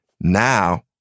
now